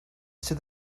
sydd